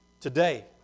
today